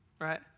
right